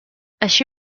així